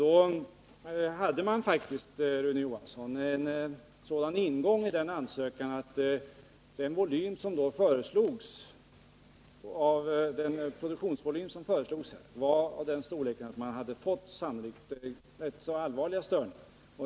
Företaget angav faktiskt, Rune Johansson, i denna ansökan en produktionsvolym av en sådan storlek att man sannolikt hade fått 17 rätt allvarliga störningar i konkurrensförhållandena.